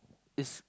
it's